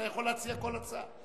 אתה יכול להציע כל הצעה.